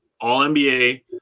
All-NBA